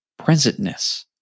presentness